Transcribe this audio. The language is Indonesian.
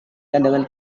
dengan